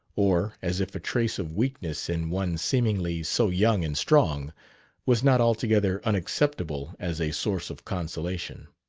or as if a trace of weakness in one seemingly so young and strong was not altogether unacceptable as a source of consolation.